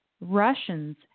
Russians